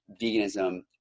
veganism